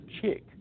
chick